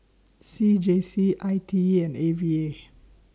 C J C I T E and A V A